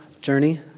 journey